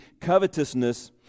covetousness